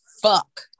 fuck